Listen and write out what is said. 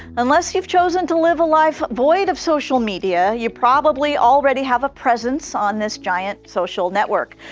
unless you've chosen to live a life void of social media, you probably already have a presence on this giant social network.